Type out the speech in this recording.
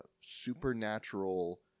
supernatural